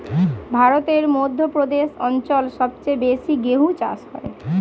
ভারতের মধ্য প্রদেশ অঞ্চল সবচেয়ে বেশি গেহু চাষ হয়